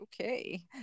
Okay